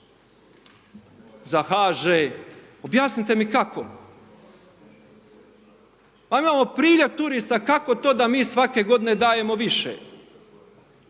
za HŽ, objasnite mi kako. A imamo priljev turista, kako to da mi svake godine dajemo više?